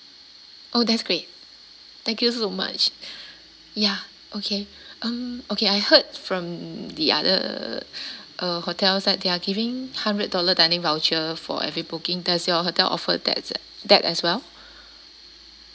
oh that's great thank you so much ya okay um okay I heard from the other uh hotels like they are giving hundred dollar dining voucher for every booking does your hotel offer that's at that as well